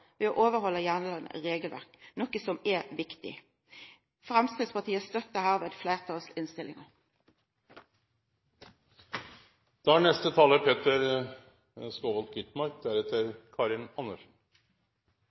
ved å overhalda gjeldande regelverk, noko som er viktig. Framstegspartiet støttar